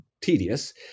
tedious